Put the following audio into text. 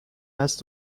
هست